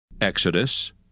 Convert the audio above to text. Exodus